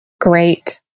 great